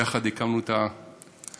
יחד הקמנו את הסיעה